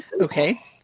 Okay